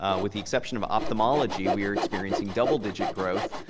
ah with the exception of ophthalmology, where experiencing double-digit growth